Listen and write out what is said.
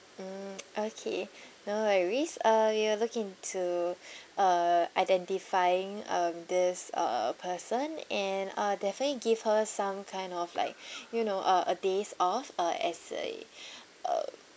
mm okay no worries uh we'll look into uh identifying um this uh person and I'll definitely give her some kind of like you know uh uh days off uh as a uh